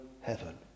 heaven